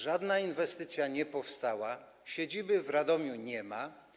Żadna inwestycja nie powstała, siedziby w Radomiu nie ma.